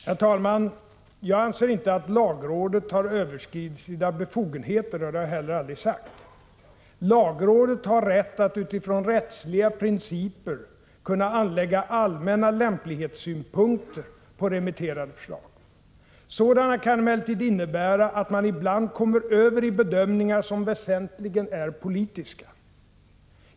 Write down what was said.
Herr talman! Jag anser inte att lagrådet har överskridit sina befogenheter, och det har jag heller aldrig sagt. Lagrådet har rätt att utifrån rättsliga principer anlägga allmänna lämplighetssynpunkter på remitterade förslag. Sådana kan emellertid innebära att man ibland kommer över i bedömningar som väsentligen är politiska.